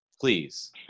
please